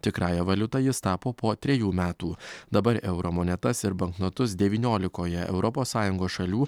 tikrąja valiuta jis tapo po trejų metų dabar euro monetas ir banknotus devyniolikoje europos sąjungos šalių